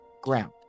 ground